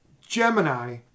Gemini